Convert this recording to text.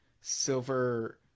silver